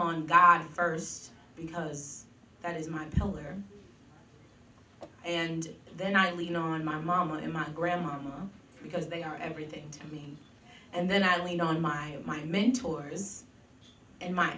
on god first because that is my color and then i lean on my mama in my grandma because they are everything to me and then i lean on my my mentors and my